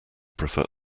prefer